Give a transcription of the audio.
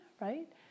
right